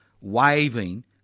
waving